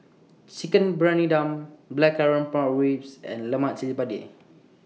Chicken Briyani Dum Blackcurrant Pork Ribs and Lemak Cili Padi